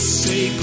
say